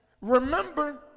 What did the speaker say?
remember